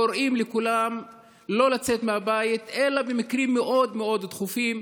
קוראים לכולם לא לצאת מהבית אלא במקרים מאוד מאוד דחופים.